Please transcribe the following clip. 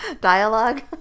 Dialogue